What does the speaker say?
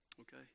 okay